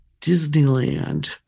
Disneyland